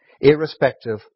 irrespective